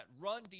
run